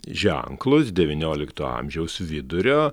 ženklus devyniolikto amžiaus vidurio